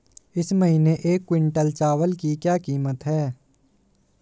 इस महीने एक क्विंटल चावल की क्या कीमत है?